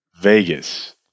vegas